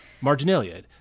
marginalia